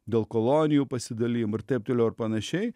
dėl kolonijų pasidalijimo ir taip toliau ir panašiai